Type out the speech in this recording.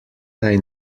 naj